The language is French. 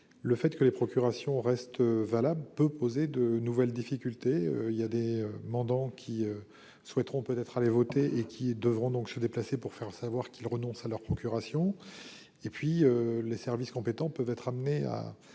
le fait que les procurations restent valables peut poser de nouvelles difficultés. Certains mandants qui souhaitent aller voter devront se déplacer pour faire savoir qu'ils renoncent à leur procuration. De plus, les services compétents peuvent être amenés à